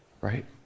right